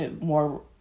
more